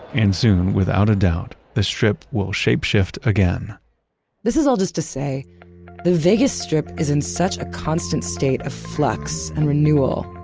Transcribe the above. and without a doubt, the strip will shape shift again this is all just to say the vegas strip is in such a constant state of flux and renewal.